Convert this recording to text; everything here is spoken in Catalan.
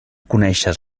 coneixes